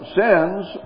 sins